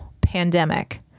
pandemic